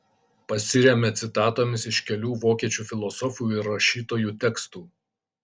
pasiremia citatomis iš kelių vokiečių filosofų ir rašytojų tekstų